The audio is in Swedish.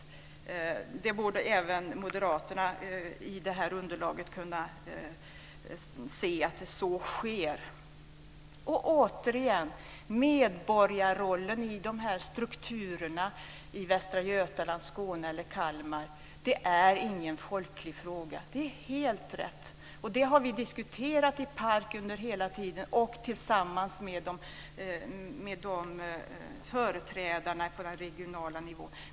Även Moderaterna borde i det här underlaget kunna se att så sker. Återigen: Medborgarrollen i de här strukturerna i Västra Götaland, Skåne eller Kalmar är ingen folklig fråga. Det är helt rätt. Det har vi diskuterat i PARK under hela tiden tillsammans med företrädarna på den regionala nivån.